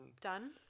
Done